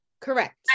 correct